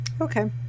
okay